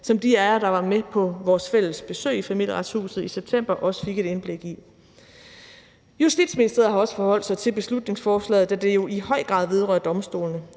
som de af jer, der var med på vores fælles besøg i Familieretshuset i september, også fik et indblik i. Kl. 16:50 Justitsministeriet har også forholdt sig til beslutningsforslaget, da det jo i høj grad vedrører domstolene.